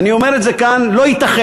ואני אומר את זה כאן, לא ייתכן,